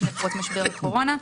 לפני פרוץ משבר הקורונה,